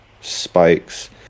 spikes